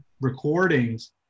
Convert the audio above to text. recordings